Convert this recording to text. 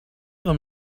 them